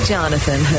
Jonathan